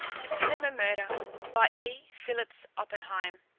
the cinema murder by e. phillips oppenheim